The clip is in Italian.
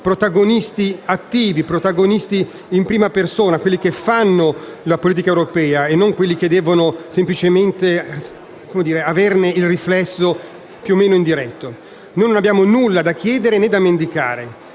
protagonisti attivi, o coloro che fanno in prima persona la politica europea e non quelli che devono semplicemente averne il riflesso più o meno indiretto. Non abbiamo nulla da chiedere, né da mendicare.